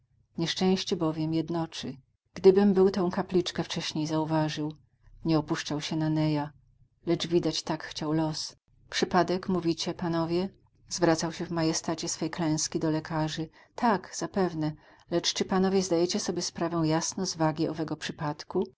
nieszczęście bowiem jednoczy gdybym był tę kapliczkę wcześniej zauważył nie opuszczał się na neya lecz widać tak chciał los przypadek mówicie panowie zwracał się w majestacie swej klęski do lekarzy tak zapewne lecz czy panowie zdajecie sobie sprawę jasno z wagi owego przypadku